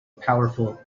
powerful